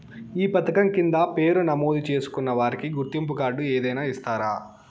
ఈ పథకం కింద పేరు నమోదు చేసుకున్న వారికి గుర్తింపు కార్డు ఏదైనా ఇస్తారా?